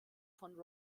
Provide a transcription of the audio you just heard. von